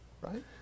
Right